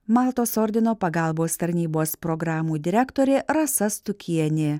maltos ordino pagalbos tarnybos programų direktorė rasa stukienė